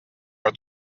però